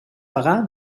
pagar